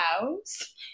house